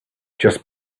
just